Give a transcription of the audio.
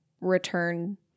return